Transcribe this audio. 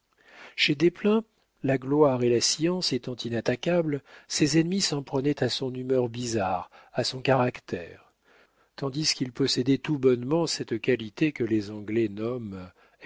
chez desplein la gloire et la science étant inattaquables ses ennemis s'en prenaient à son humeur bizarre à son caractère tandis qu'il possédait tout bonnement cette qualité que les anglais nomment